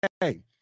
Hey